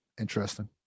Interesting